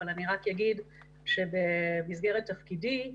אבל אני רק אגיד שבמסגרת תפקידי,